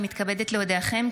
אני מתכבדת להודיעכם,